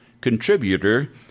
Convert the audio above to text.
contributor